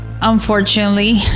unfortunately